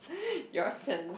your turn